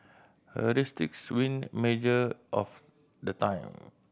heuristics win major of the time